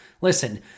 Listen